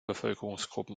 bevölkerungsgruppen